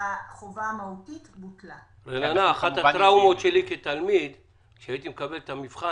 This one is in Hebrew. מה ההצדקה להשאיר את מתווה הכניסה לנתב"ג של מקבלי פנים